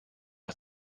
pas